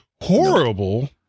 Horrible